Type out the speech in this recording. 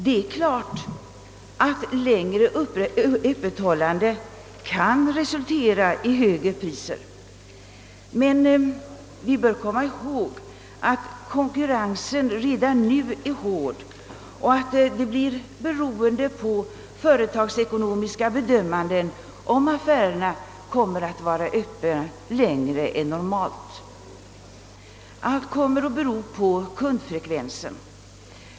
Det är klart att ett längre öppethållande kan resultera i högre priser. Men vi bör komma ihåg att konkurrensen redan nu är hård och att ställningstagandet fill ett längre öppethållande än normalt kommer att bli avhängigt av företagsekonomiska bedömningar. Allt kommer att bero på kundfrekvensen.